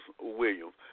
Williams